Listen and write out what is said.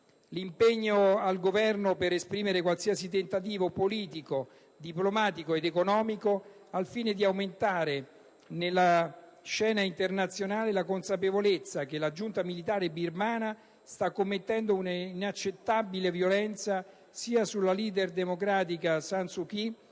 rivolto al Governo di esperire qualsiasi tentativo, politico, diplomatico ed economico, al fine di aumentare nella scena internazionale la consapevolezza che la giunta militare birmana sta commettendo una inaccettabile violenza sia sulla leader democratica Aung San Suu Kyi,